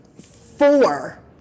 four